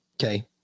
Okay